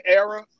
era